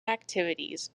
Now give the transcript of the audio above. activities